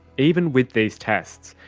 even with these tests,